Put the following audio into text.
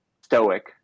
stoic